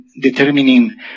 determining